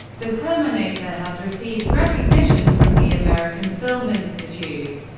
the terminator has received recognition from the american film institute.